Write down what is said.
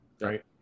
right